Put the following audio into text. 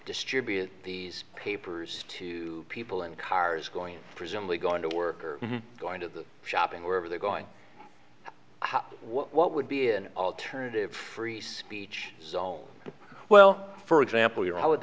distribute these papers to people in cars going presumably going to work or going to shopping wherever they're going what would be an alternative free speech well for example your i would